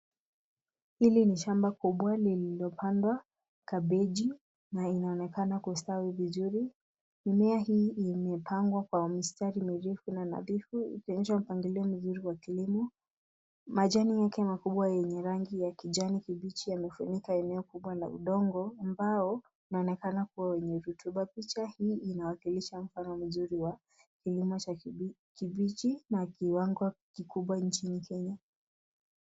Hili ni shamba kubwa lililopandwa kabeji na inaonekana kustawi vizuri. Mimea hii imepangwa kwa mistari mirefu na nadhifu ikionyesha mpangilio mzuri wa kilimo. Majani yake makubwa yenye rangi ya kijani kibichi yamefunika eneo kubwa la udongo ambao inaonekana kuwa wenye rutuba. Picha hii inawakilisha mfano mzuri wa kilimo cha kibichi na kiwango kikubwa nchini Kenya.